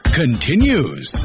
continues